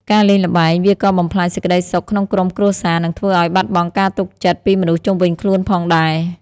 ការលេងល្បែង វាក៏បំផ្លាញសេចក្តីសុខក្នុងក្រុមគ្រួសារ និងធ្វើឲ្យបាត់បង់ការទុកចិត្តពីមនុស្សជុំវិញខ្លួនផងដែរ។